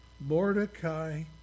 Mordecai